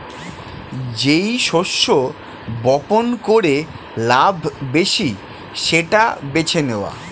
যেই শস্য বপন করে লাভ বেশি সেটা বেছে নেওয়া